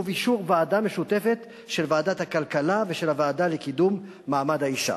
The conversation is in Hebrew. ובאישור ועדה משותפת של ועדת הכלכלה ושל הוועדה לקידום מעמד האשה.